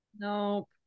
nope